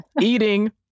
eating